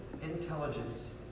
intelligence